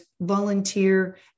volunteer